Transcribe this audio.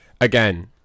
again